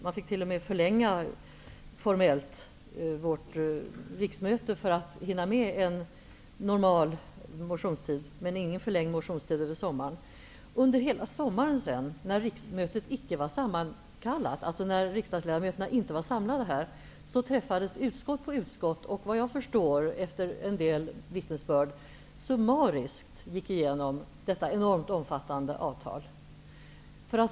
Man fick t.o.m. formellt förlänga riksmötet för att hinna med en normal motionstid, men det blev ingen förlängning av motionstiden över sommaren. Under hela sommaren, när riksmötet icke var sammankallat, och riksdagledamöterna alltså inte var samlade här, träffades utskott efter utskott. Vad jag förstår, efter en del vittnesbörd, gick man summariskt igenom detta enormt omfattande avtal.